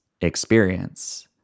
experience